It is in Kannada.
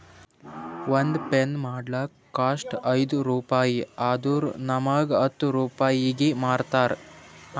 ಒಂದ್ ಪೆನ್ ಮಾಡ್ಲಕ್ ಕಾಸ್ಟ್ ಐಯ್ದ ರುಪಾಯಿ ಆದುರ್ ನಮುಗ್ ಹತ್ತ್ ರೂಪಾಯಿಗಿ ಮಾರ್ತಾರ್